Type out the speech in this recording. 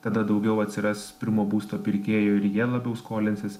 tada daugiau atsiras pirmo būsto pirkėjų ir jie labiau skolinsis